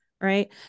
right